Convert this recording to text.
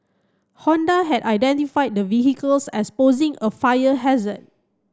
Honda had identified the vehicles as posing a fire hazard